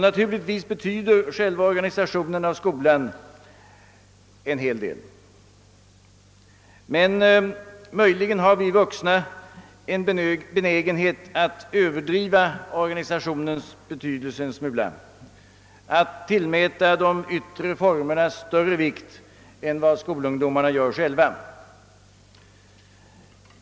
Naturligtvis betyder själva organisationen av skolan mycket, men möjligen har vi vuxna en benägenhet att överdriva organisationens betydelse en smula och tillmäta de yttre formerna större vikt än skolungdomarna själva gör.